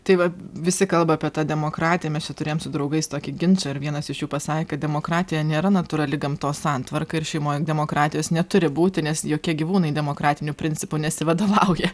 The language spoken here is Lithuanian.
tai va visi kalba apie tą demokratiją mes čia turėjom su draugais tokį ginčą ir vienas iš jų pasakė kad demokratija nėra natūrali gamtos santvarka ir šeimoj demokratijos neturi būti nes jokie gyvūnai demokratiniu principu nesivadovauja